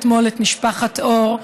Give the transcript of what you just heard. את משפחת אור,